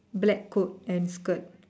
black coat and skirt